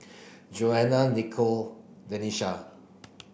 Joanna Nicolle Denisha